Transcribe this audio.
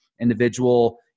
individual